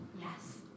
Yes